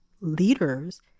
leaders